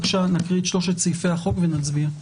נקרא את שלושת סעיפי החוק ונצביע עליהם.